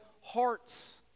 hearts